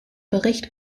bericht